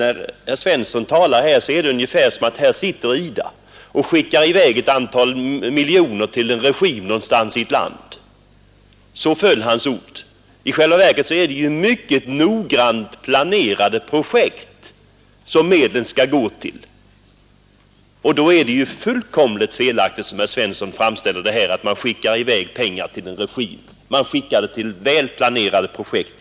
När herr Svensson i Malmö talar här, så låter det som om man sitter i IDA och skickar i väg ett antal miljoner till en regim någonstans i ett land. Så föll hans ord. I själva verket går ju pengarna till noggrant planerade projekt. Och då är det fullkomligt felaktigt som herr Svensson framställer det, att man skickar pengar till en regim. De skickas i stället till väl planerade projekt.